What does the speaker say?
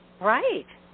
right